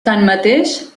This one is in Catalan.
tanmateix